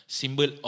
symbol